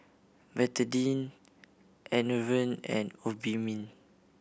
Betadine Enervon and Obimin